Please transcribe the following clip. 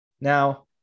Now